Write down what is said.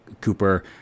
cooper